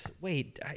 Wait